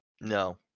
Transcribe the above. No